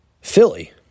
Philly